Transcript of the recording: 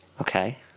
Okay